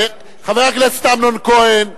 חבר הכנסת אמנון כהן,